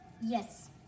Yes